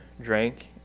drank